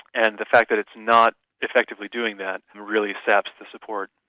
and the fact that it's not effectively doing that really saps the support.